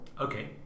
Okay